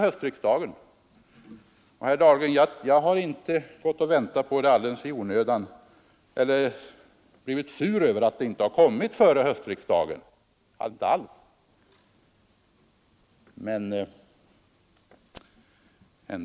Jag har inte gått och väntat på det, herr Dahlgren, och inte blivit sur över att det inte har lagts fram före höstriksdagen.